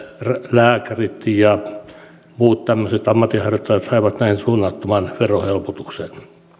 lääkärit ja muut tämmöiset ammatinharjoittajat saivat näin suunnattoman verohelpotuksen